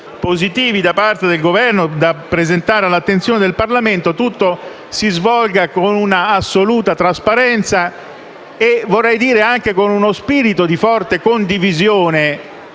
positivi da parte del Governo, da presentare all'attenzione del Parlamento, si svolga con un'assoluta trasparenza e, vorrei dire, anche con uno spirito di forte condivisione,